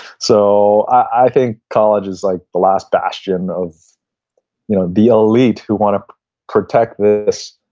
so i think college is like the last bastion of you know the elite, who want to protect this,